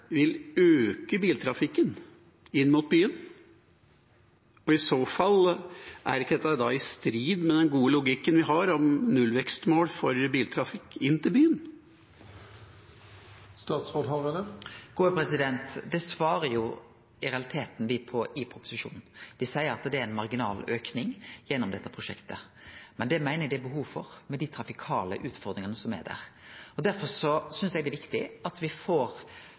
vil øke biltrafikken inn mot byen? I så fall, er ikke dette da i strid med den gode logikken vi har om nullvekstmål for biltrafikk inn til byen? Det svarer me i realiteten på i proposisjonen; me seier at det er ein marginal auke gjennom dette prosjektet. Men det meiner eg det er behov for med dei trafikale utfordringane som er der. Derfor synest eg det er viktig at me får